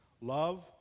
Love